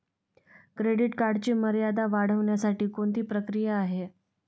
Credit कार्डची मर्यादा वाढवण्यासाठी कोणती प्रक्रिया आहे?